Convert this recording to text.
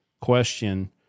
question